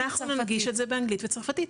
אנחנו ננגיש את זה באנגלית וצרפתית,